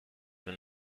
than